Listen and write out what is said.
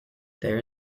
there